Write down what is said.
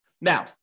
Now